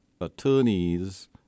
attorneys